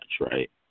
right